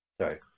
Sorry